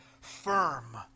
firm